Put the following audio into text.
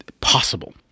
possible